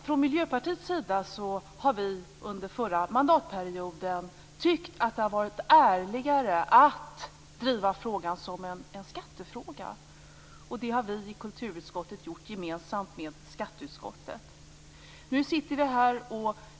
Från Miljöpartiets sida har vi under den förra mandatperioden tyckt att det har varit ärligare att driva frågan som en skattefråga, och det har vi i kulturutskottet gjort gemensamt med skatteutskottet. Nu sitter vi här.